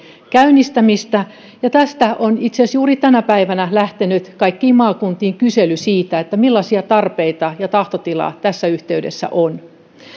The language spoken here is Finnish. käynnistämisen tästä on itse asiassa juuri tänä päivänä lähtenyt kaikkiin maakuntiin kysely siitä millaisia tarpeita ja tahtotilaa tässä yhteydessä on